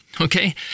okay